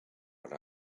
what